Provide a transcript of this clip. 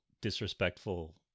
disrespectful